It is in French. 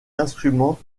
instrument